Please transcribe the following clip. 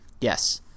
Yes